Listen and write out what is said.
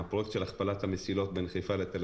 הפרויקט של הכפלת המסילות בין חיפה לתל